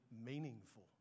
meaningful